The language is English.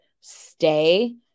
stay